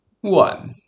one